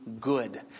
good